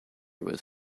was